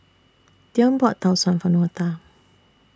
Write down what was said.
Deon bought Tau Suan For Dortha